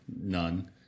none